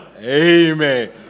Amen